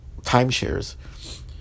timeshares